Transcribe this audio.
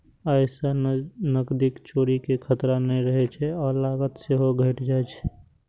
अय सं नकदीक चोरी के खतरा नहि रहै छै आ लागत सेहो घटि जाइ छै